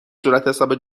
صورتحساب